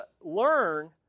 learn